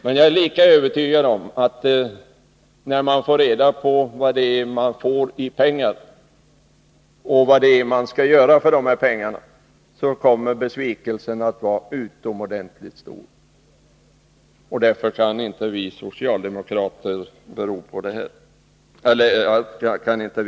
Men jag är lika övertygad om att när man får reda på vad man får i form av pengar och vad som skall göras med dessa, kommer besvikelsen att vara utomordentligt stor. Därför kan vi socialdemokrater inte godkänna de föreslagna åtgärderna.